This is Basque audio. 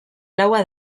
laua